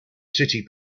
city